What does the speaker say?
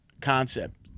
concept